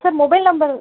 sir mobile number